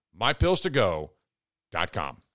MyPillsToGo.com